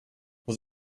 was